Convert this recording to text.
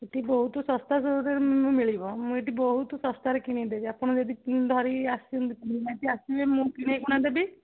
ଏଠି ବହୁତ ଶସ୍ତା ରେ ମିଳିବ ମୁଁ ଏଠି ବହୁତ ଶସ୍ତାରେ କିଣେଇଦେବି ଆପଣ ଯଦି ଧରିିକି ଆସନ୍ତି ନିହାତି ଆସିବେ ମୁଁ କିଣେଇ କୁଣା ଦେବି